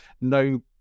no